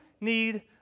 need